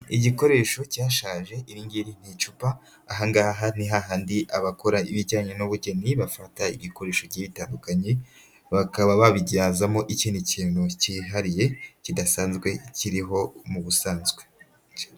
Igikoresho cyashaje iri ngiri ni icupa, aha ngaha ni hahandi abakora ibijyanye n'ubugeni bafata igikoresho kitandukanye bakaba babibyazamo ikindi kintu cyihariye kidasanzwe kiriho mu busanzwe.